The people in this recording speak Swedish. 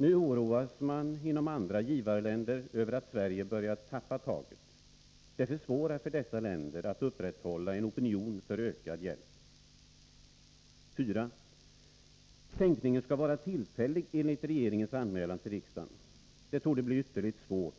Nu oroas man inom andra givarländer över att Sverige börjar tappa taget. Det försvårar för dessa länder att upprätthålla en opinion för ökad hjälp. 4. Sänkningen skall vara tillfällig, enligt regeringens anmälan till riksdagen. Men det torde bli ytterligt svårt